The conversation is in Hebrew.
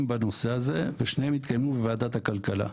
בנושא הזה ושניהם התקיימו בוועדת הכלכלה.